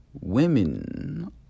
women